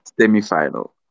semi-final